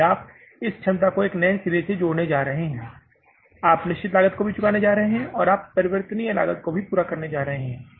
क्योंकि आप इस क्षमता को एक नए सिरे से जोड़ने जा रहे हैं आप निश्चित लागत को भी चुकाने जा रहे हैं और आप परिवर्तनीय लागत को भी पूरा करने जा रहे हैं